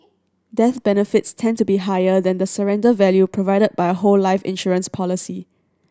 death benefits tend to be higher than the surrender value provided by a whole life insurance policy